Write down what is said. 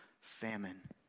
famine